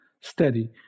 steady